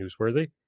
newsworthy